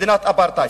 מדינת אפרטהייד.